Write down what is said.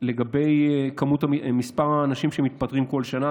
לגבי מספר האנשים שמתפטרים כל שנה,